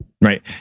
Right